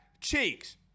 cheeks